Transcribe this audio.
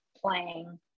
playing